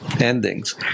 endings